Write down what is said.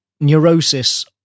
Neurosis